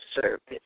service